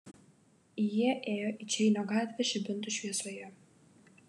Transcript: jie ėjo į čeinio gatvę žibintų šviesoje